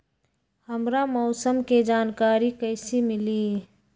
हमरा मौसम के जानकारी कैसी मिली?